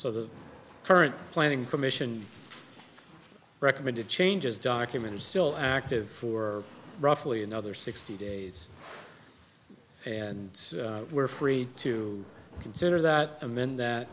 so the current planning commission recommended changes documented still active for roughly another sixty days and were free to consider that amend that